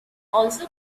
also